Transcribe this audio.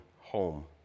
home